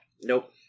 Nope